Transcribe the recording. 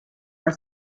are